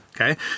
Okay